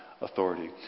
authority